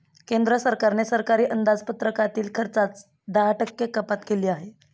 केंद्र सरकारने सरकारी अंदाजपत्रकातील खर्चात दहा टक्के कपात केली आहे